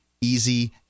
easy